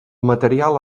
material